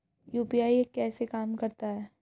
UPI कैसे काम करता है?